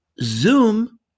Zoom